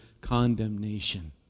condemnation